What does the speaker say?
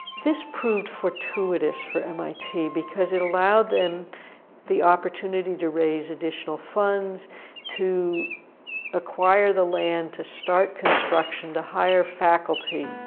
this proved fortuitous for mit, because it allowed them the opportunity to raise additional funds to acquire the land, to start construction, to hire faculty.